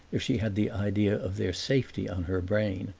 if she had the idea of their safety on her brain,